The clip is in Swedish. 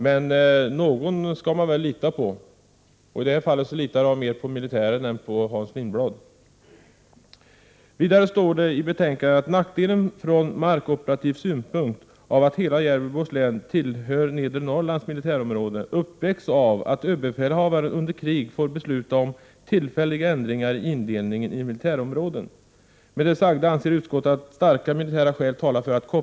Men någon skall man väl lita på, och i det här fallet litar jag mer på militärerna än på Hans Lindblad. Vidare står det i betänkandet: ”Nackdelen från markoperativ synpunkt av att hela Gävleborgs län tillhör Nedre Norrlands militärområde uppvägs av att överbefälhavaren under krig får besluta om tillfälliga ändringar i indelningen i militärområden. Med det sagda anser utskottet att starka militära skäl talar för att Prot.